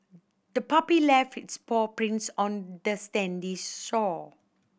the puppy left its paw prints on the sandy shore